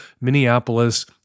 Minneapolis